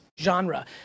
genre